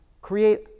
create